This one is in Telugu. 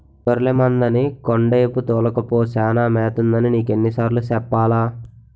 గొర్లె మందని కొండేపు తోలుకపో సానా మేతుంటదని నీకెన్ని సార్లు సెప్పాలా?